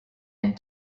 and